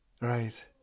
right